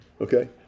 Okay